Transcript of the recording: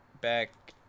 back